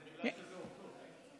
זה בגלל שאלה עובדות.